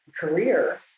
career